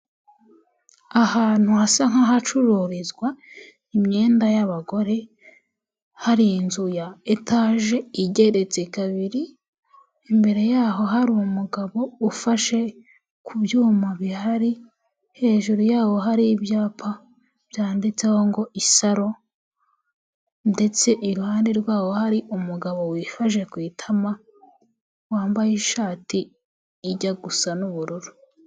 Ahantu hasa nk'ahacururizwa imyenda y'abagore hari inzu ya etaje igeretse kabiri, imbere yaho hari umugabo ufashe ku byuma bihari hejuru yawo hari ibyapa byanditseho ngo isaro ndetse iruhande rwaho hari umugabo wifashe ku itama wambaye ishati ijya gusa n'ubururu.